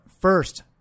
first